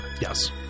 Yes